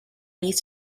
need